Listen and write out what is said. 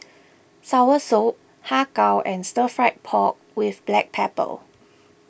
Soursop Har Kow and Stir Fry Pork with Black Pepper